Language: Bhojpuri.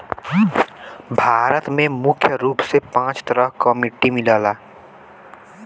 भारत में मुख्य रूप से पांच तरह क मट्टी मिलला